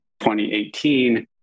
2018